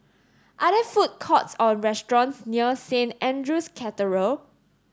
are there food courts or restaurants near Saint Andrew's Cathedral